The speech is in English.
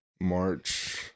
March